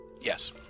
Yes